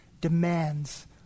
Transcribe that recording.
demands